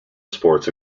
sports